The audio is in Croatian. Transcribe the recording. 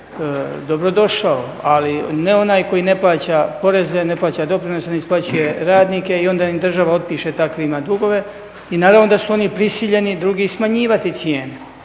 dobrodošao ali ne onaj koji ne plaća poreze, ne plaća doprinose, ne isplaćuje radnike i onda im država otpiše takvima dugove. I naravno da su oni drugi prisiljeni smanjivati cijenu.